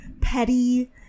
petty